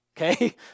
okay